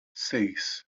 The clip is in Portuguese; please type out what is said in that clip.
seis